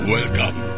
Welcome